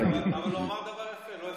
אבל הוא אמר דבר יפה: לא הפרענו,